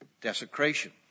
desecration